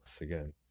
again